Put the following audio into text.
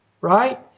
right